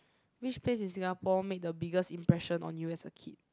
which place in Singapore make the biggest impression on you as a kid